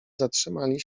zatrzymali